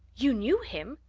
you knew him!